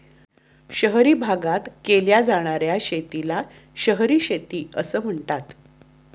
शहरी भागात केल्या जाणार्या शेतीला शहरी शेती असे म्हणतात